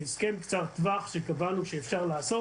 הסכם קצר טווח שקבענו שאפשר לעשות